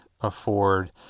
afford